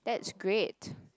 that's great